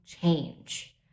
change